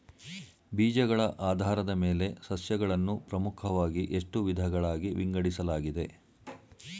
ಬೀಜಗಳ ಆಧಾರದ ಮೇಲೆ ಸಸ್ಯಗಳನ್ನು ಪ್ರಮುಖವಾಗಿ ಎಷ್ಟು ವಿಧಗಳಾಗಿ ವಿಂಗಡಿಸಲಾಗಿದೆ?